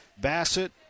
Bassett